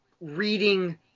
reading